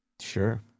Sure